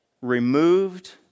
removed